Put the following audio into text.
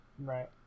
Right